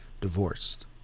divorced